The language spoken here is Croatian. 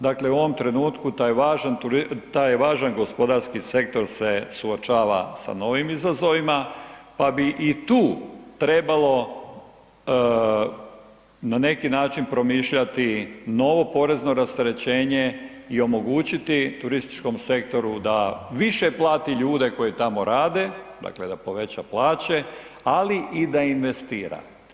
Dakle u ovom trenutku taj važan gospodarski sektor se suočava sa novim izazovima pa bi i tu trebalo na neki način promišljati novo porezno rasterećenje i omogućiti turističkom sektoru da više plati ljude koji tamo rade, dakle da poveća plaće, ali i da investira.